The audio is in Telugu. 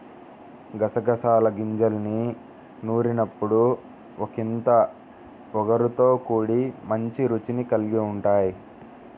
గసగసాల గింజల్ని నూరినప్పుడు ఒకింత ఒగరుతో కూడి మంచి రుచిని కల్గి ఉంటయ్